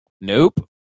Nope